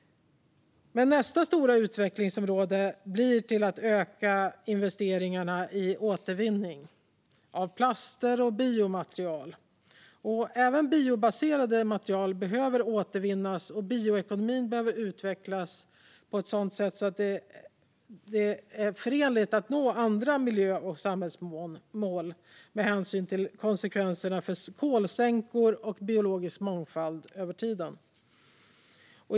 Nästa stora utvecklingsområde blir att öka investeringarna i återvinning av plaster och biomaterial. Även biobaserade material behöver återvinnas, och bioekonomin behöver utvecklas på ett sådant sätt att det är förenligt med att nå andra miljö och samhällsmål med hänsyn till konsekvenserna för kolsänkor och biologisk mångfald över tiden.